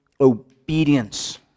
obedience